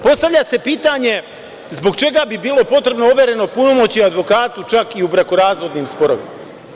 Postavlja se pitanje – zbog čega bi bilo potrebno overeno punomoćje advokatu čak i u brakorazvodnoj sporovima?